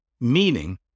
meaning